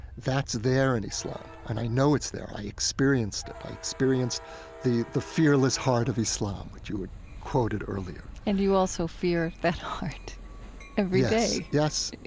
that's there in islam and i know it's there. i experienced it. i experienced the the fearless heart of islam that you had quoted earlier and you also fear that heart everyday yes,